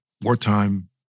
wartime